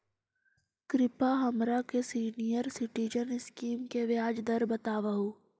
कृपा हमरा के सीनियर सिटीजन स्कीम के ब्याज दर बतावहुं